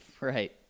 Right